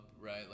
right